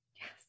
Yes